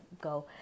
go